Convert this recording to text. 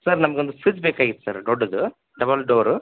sir ನಮಗೊಂದು fridge ಬೇಕಾಗಿತ್ತು sir ದೊಡ್ದು ಡಬಲ್ ಡೋರು